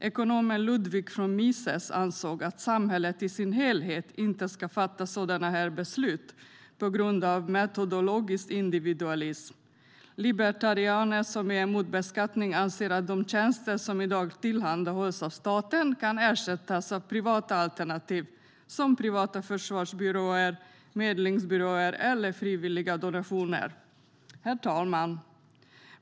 Ekonomen Ludwig von Mises ansåg att samhället i dess helhet inte ska fatta sådana beslut, på grund av metodologisk individualism. Libertarianer som är emot beskattning anser att de tjänster som i dag tillhandahålls av staten kan ersättas av privata alternativ, såsom privata försvarsbyråer, medlingsbyråer eller frivilliga donationer. Herr talman!